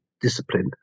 discipline